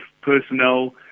personnel